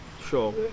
sure